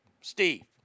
Steve